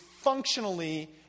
functionally